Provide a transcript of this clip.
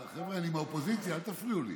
חבר'ה, אני מהאופוזיציה, אל תפריעו לי.